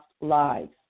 lives